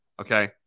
okay